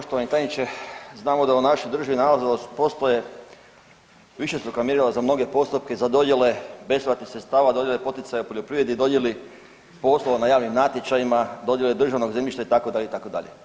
Poštovani tajniče znamo da u našoj državi nažalost postoje višestruka mjerila za mnoge postupke i za dodijele besplatnih sredstava, dodijele poticaja poljoprivredi i dodijeli poslova na javnim natječajima, dodijele državnog zemljišta itd., itd.